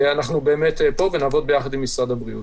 אנחנו באמת פה ונעבוד יחד עם משרד הבריאות.